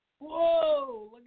whoa